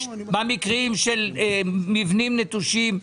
במקרים של מבנים נטושים,